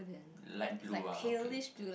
light blue ah okay uh